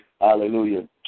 Hallelujah